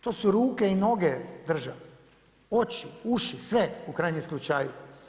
To su ruke i noge države, oči, uši, sve u krajnjem slučaju.